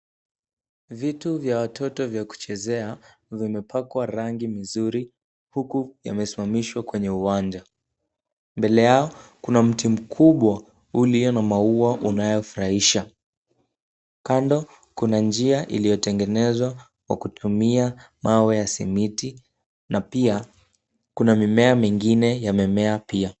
Vitu vya watoto vya kuchezea vimepakwa rangi mzuri huku yamesimamishwa kwenye uwanja. Mbele yao kuna mti mkubwa ulio na maua unaofurahisha. Kando kuna njia iliyotengenezwa kwa kutumia mawe ya simiti na pia kuna mimea mingine yamemea pia.